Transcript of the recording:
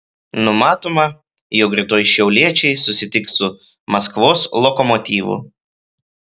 numatoma jog rytoj šiauliečiai susitiks su maskvos lokomotyvu